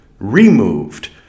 removed